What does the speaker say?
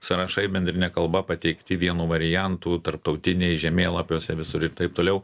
sąrašai bendrine kalba pateikti vienu variantu tarptautiniai žemėlapiuose visur ir taip toliau